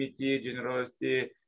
generosity